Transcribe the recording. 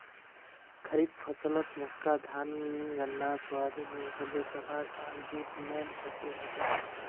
खड़ीफ फसलत मक्का धान गन्ना सोयाबीन मूंगफली कपास आर जूट मेन फसल हछेक